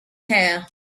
hair